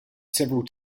several